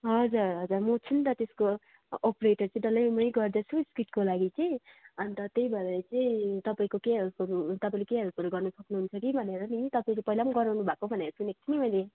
हजुर हजुर म छु नि त त्यसको अप्रेटर चाहिँ डल्लै मै गर्दैछु स्किटको लागि चाहिँ अन्त त्यही भएर चाहिँ तपाईँको केही हेल्पहरू तपाईँले केही हेल्पहरू गर्नु सक्नु हुन्छ कि भनेर तपाईँले पहिला पनि गराउनु भएको भनेर सुनेको छु मैले